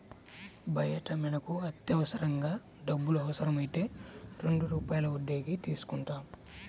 బయట మనకు అత్యవసరంగా డబ్బులు అవసరమైతే రెండు రూపాయల వడ్డీకి తీసుకుంటాం